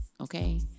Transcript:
okay